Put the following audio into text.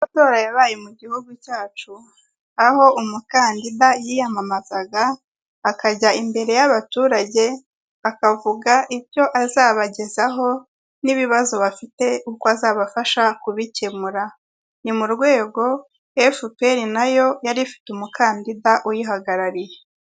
Amatora yabaye mu Gihugu cyacu, aho umukandida yiyamamazaga, akajya imbere y'abaturage, akavuga icyo azabagezaho, n'ibibazo bafite uko azabafasha kubikemura. Ni mu rwego FPR na yo yari ifite umukandida uyihagarariye.